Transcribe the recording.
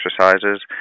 exercises